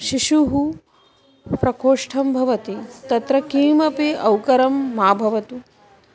शिशुः प्रकोष्ठं भवति तत्र किमपि अवकरं मा भवतु